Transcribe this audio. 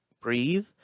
breathe